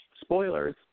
spoilers